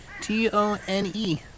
T-O-N-E